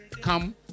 come